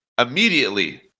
immediately